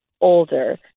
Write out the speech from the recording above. older